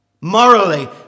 Morally